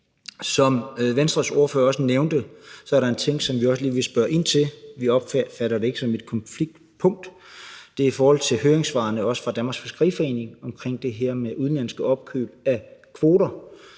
Som Venstres ordfører også nævnte, er der en ting, som vi også lige vil spørge ind til. Vi opfatter det ikke som et konfliktpunkt. Det er i forhold til høringssvarene, også fra Danmarks Fiskeriforening, omkring det her med udenlandske opkøb af kvoter.